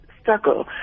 struggle